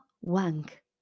wank